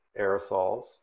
aerosols